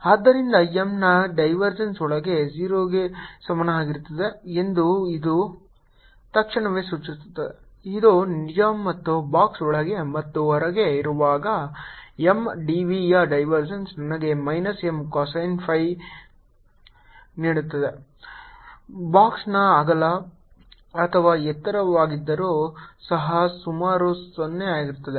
ಆದ್ದರಿಂದ M ನ divergence ಒಳಗೆ 0 ಗೆ ಸಮಾನವಾಗಿರುತ್ತದೆ ಎಂದು ಇದು ತಕ್ಷಣವೇ ಸೂಚಿಸುತ್ತದೆ ಇದು ನಿಜ ಮತ್ತು ಬಾಕ್ಸ್ ಒಳಗೆ ಮತ್ತು ಹೊರಗೆ ಇರುವಾಗ M dv ಯ ಡೈವರ್ಜೆನ್ಸ್ ನನಗೆ ಮೈನಸ್ M cosine phi ನೀಡುತ್ತದೆ ಬಾಕ್ಸ್ನ ಅಗಲ ಅಥವಾ ಎತ್ತರವಾಗಿದ್ದರೂ ಸಹ ಸುಮಾರು 0 ಆಗಿರುತ್ತದೆ